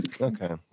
Okay